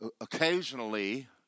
Occasionally